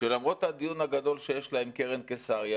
שלמרות הדיון הגדול שיש לה עם קרן קיסריה,